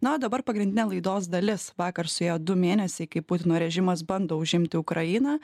na o dabar pagrindinė laidos dalis vakar suėjo du mėnesiai kaip putino režimas bando užimti ukrainą